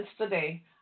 today